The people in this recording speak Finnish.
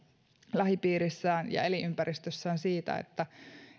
lähipiirissään ja elinympäristössään siitä että